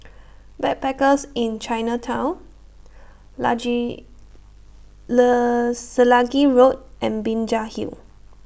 Backpackers Inn Chinatown large Selegie Road and Binjai Hill